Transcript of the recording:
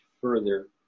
further